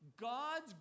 God's